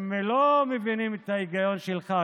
הם לא מבינים את ההיגיון שלך,